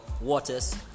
waters